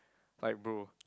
like bro